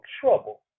trouble